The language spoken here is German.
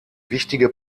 wichtige